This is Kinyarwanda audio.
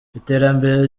iterambere